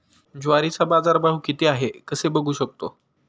ज्वारीचा बाजारभाव किती आहे कसे बघू शकतो?